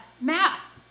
math